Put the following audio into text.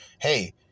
Hey